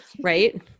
right